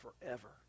forever